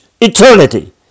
eternity